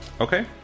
Okay